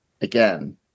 again